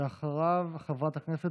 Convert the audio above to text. ואחריו, חבר הכנסת